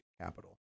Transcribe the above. capital